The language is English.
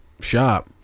shop